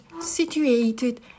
situated